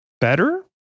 better